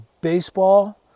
Baseball